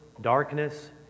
darkness